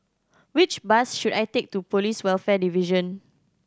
which bus should I take to Police Welfare Division